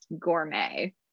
gourmet